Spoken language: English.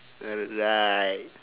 alright